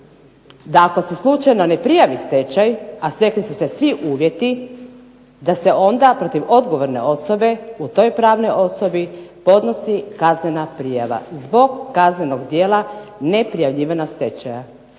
da ako se slučajno ne prijavi stečaj, a stekli su se svi uvjeti, da se onda protiv odgovorne osobe u toj pravnoj osobi podnosi kaznena prijava zbog kaznenog djela neprijavljivanja stečaja.